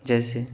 جیسے